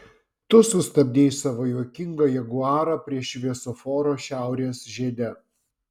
tu sustabdei savo juokingą jaguarą prie šviesoforo šiaurės žiede